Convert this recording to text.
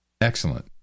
Excellent